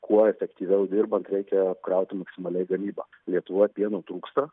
kuo efektyviau dirbant reikia krauti maksimaliai gamybą lietuvoj pieno trūksta